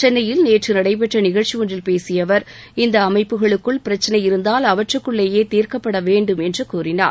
சென்னையில் நேற்று நடைபெற்ற நிகழ்ச்சி ஒன்றில் பேசிய அவர் இந்த அமைப்புகளுக்குள் பிரச்னை இருந்தால் அவற்றுக்குள்ளேயே தீர்க்கப்பட வேண்டும் என்று கூறினார்